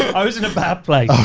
i was in a bad place.